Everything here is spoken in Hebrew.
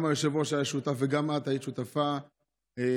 גם היושב-ראש היה שותף וגם את היית שותפה בוועדת